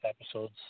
episodes